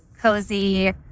cozy